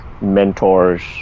mentors